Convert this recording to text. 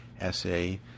essay